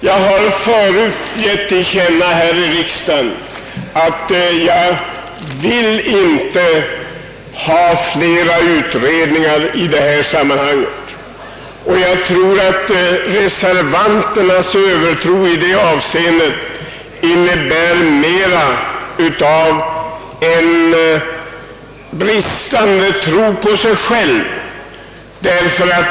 Jag har tidigare här i riksdagen förklarat att jag inte vill ha fler utredningar i dessa frågor, och jag undrar om det inte i reservanternas övertro i detta stycke ligger mera av bristande tro på sig själva.